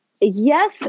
Yes